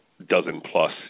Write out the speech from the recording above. dozen-plus